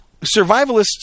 survivalists